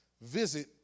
visit